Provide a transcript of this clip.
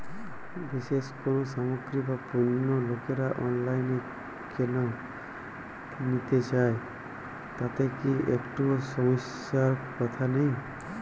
বিশেষ কোনো সামগ্রী বা পণ্য লোকেরা অনলাইনে কেন নিতে চান তাতে কি একটুও সমস্যার কথা নেই?